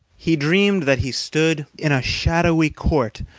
he dreamed that he stood in a shadowy court,